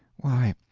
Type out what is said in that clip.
why,